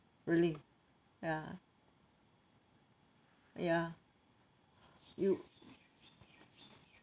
really ya ya you